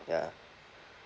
ya